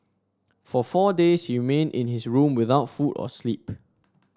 for four days he remained in his room without food or sleep